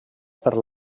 per